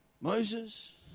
Moses